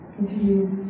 introduce